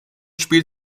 spielt